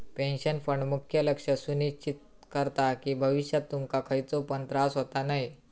pension fund मुख्य लक्ष सुनिश्चित करता कि भविष्यात तुमका खयचो पण त्रास होता नये